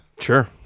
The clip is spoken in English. Sure